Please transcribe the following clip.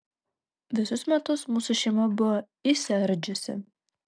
visus metus mūsų šeima buvo išsiardžiusi